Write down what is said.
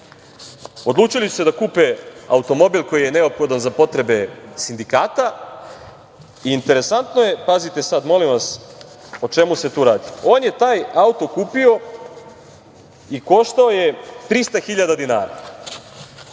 Odlučili su da kupe automobil koji je neophodan za potrebe sindikata i interesantno je, pazite sad, molim vas, o čemu se tu radi, taj auto je kupio i koštao je 300.000 dinara.